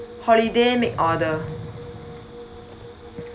holiday make order